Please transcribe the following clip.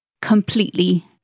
completely